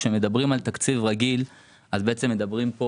כשמדברים על